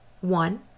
one